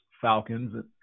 Falcons